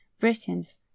britons